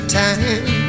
time